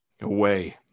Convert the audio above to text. Away